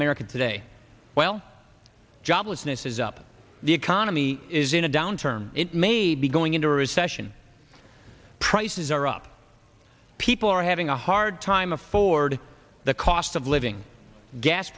america today while joblessness is up the economy is in a downturn it may be going into recession prices are up people are having a hard time afford the cost of living gas